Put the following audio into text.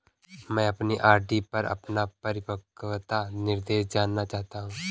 मैं अपनी आर.डी पर अपना परिपक्वता निर्देश जानना चाहता हूँ